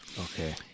Okay